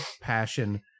passion